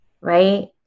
right